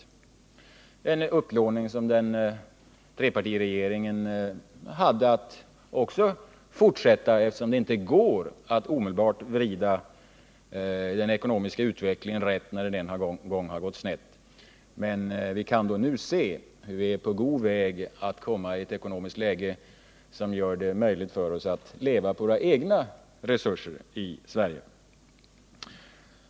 Också trepartiregeringen hade att fortsätta med denna upplåning, eftersom det inte går att omedelbart vrida den ekonomiska utvecklingen rätt när den en gång har gått snett, men vi kan nu se hur vi är på god väg att komma i ett ekonomiskt läge, som gör det möjligt för oss att leva på våra egna resurser i Sverige.